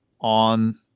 on